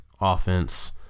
offense